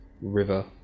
river